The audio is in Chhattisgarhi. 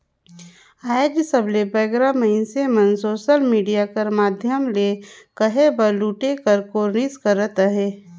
आएज सबले बगरा मइनसे मन सोसल मिडिया कर माध्यम ले कहे बर लूटे कर कोरनिस करत अहें